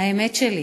האמת שלי,